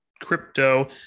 crypto